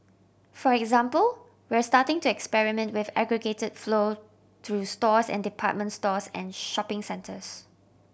for example we're starting to experiment with aggregated flow through stores and department stores and shopping centres